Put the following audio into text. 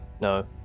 No